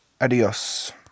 adios